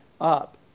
up